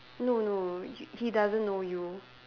no no he he doesn't know you